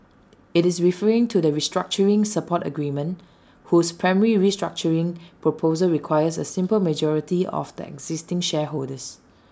IT is referring to the restructuring support agreement whose primary restructuring proposal requires A simple majority of the existing shareholders